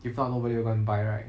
if not nobody will go and buy right